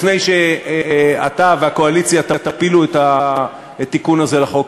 לפני שאתה והקואליציה תפילו את התיקון הזה לחוק,